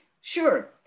Sure